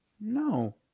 No